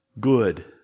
Good